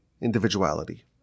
individuality